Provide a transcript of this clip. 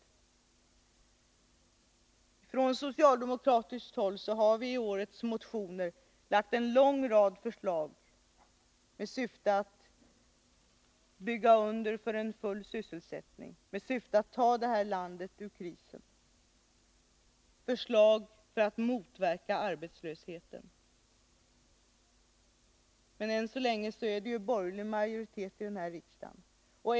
Vi har från socialdemokratiskt håll i årets motioner framlagt en lång rad förslag för att bygga under full sysselsättning, för att börja ta det här landet ur krisen och för att motverka arbetslösheten. Men än så länge är det borgerlig majoritet i den här riksdagen.